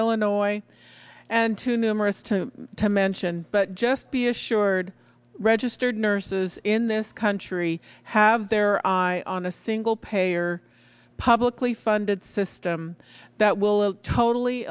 illinois and too numerous to to mention but just be assured registered nurses in this country have their eye on a single payer publicly funded system that will totally